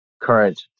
current